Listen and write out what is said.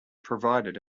provided